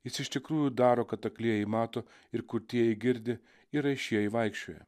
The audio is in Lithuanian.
jis iš tikrųjų daro kad aklieji mato ir kurtieji girdi ir raišieji vaikščioja